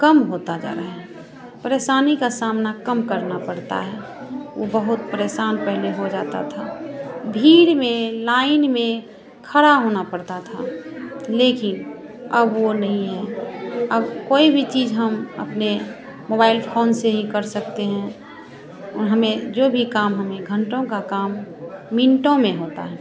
कम होता जा रहा हैं परेशानी का सामना कम करना पड़ता है ऊ बहुत परेशान पहले हो जाता था भीड़ में लाइन में खड़ा होना पड़ता था लेकिन अब वह नहीं है अब कोई भी चीज़ हम अपने मोबाइल फ़ोन से ही कर सकते हैं और हमें जो भी काम हमें घंटों का काम मिनटों में होता है